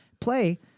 play